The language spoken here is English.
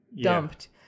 dumped